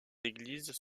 églises